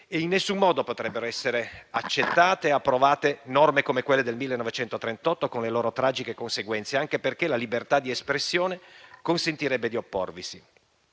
In nessun modo potrebbero essere accettate e approvate norme come quelle del 1938, con le loro tragiche conseguenze, anche perché la libertà di espressione consentirebbe di opporvisi.